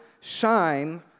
shine